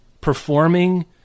performing